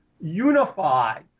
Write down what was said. unify